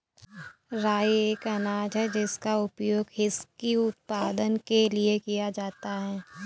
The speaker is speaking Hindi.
राई एक अनाज है जिसका उपयोग व्हिस्की उत्पादन के लिए किया जाता है